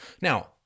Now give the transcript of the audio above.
Now